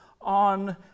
on